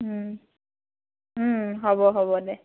হ'ব হ'ব দে